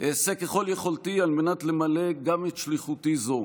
אעשה ככל יכולתי על מנת למלא גם את שליחותי זו